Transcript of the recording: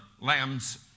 lambs